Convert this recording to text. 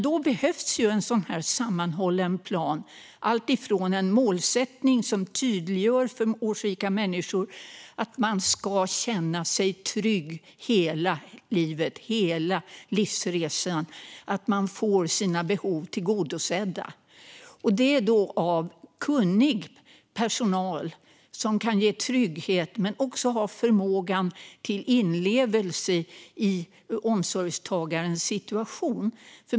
Då behövs en sådan här sammanhållen plan som tydliggör målsättningen att årsrika människor ska känna sig trygga hela livet, hela livsresan, i att man får sina behov tillgodosedda, och det av kunnig personal som kan ge trygghet men som också har förmågan till inlevelse i omsorgstagarens situation.